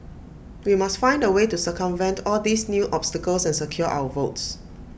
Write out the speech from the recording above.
we must find A way to circumvent all these new obstacles and secure our votes